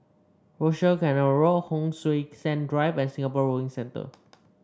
Rochor Canal Road Hon Sui Sen Drive and Singapore Rowing Centre